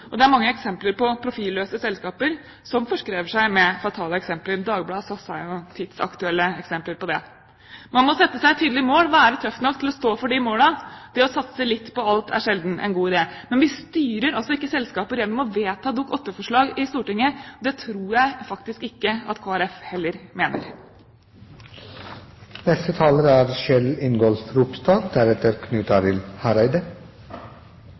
Det er mange eksempler på profilløse selskaper som forskrever seg med fatale konsekvenser. Dagbladet er jo et tidsaktuelt eksempel på det. Man må sette seg tydelige mål og være tøff nok til å stå for de målene. Det å satse litt på alt er sjelden en god idé. Men vi styrer altså ikke selskaper gjennom å vedta Dokument nr. 8-forslag i Stortinget. Det tror jeg faktisk ikke at Kristelig Folkeparti heller